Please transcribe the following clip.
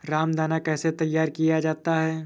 रामदाना कैसे तैयार किया जाता है?